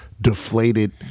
deflated